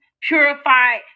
purified